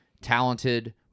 talented